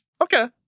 Okay